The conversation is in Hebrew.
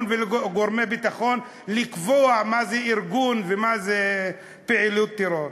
ולגורמי ביטחון לקבוע מה זה ארגון ומה זאת פעילות טרור.